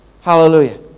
Hallelujah